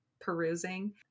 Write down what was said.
perusing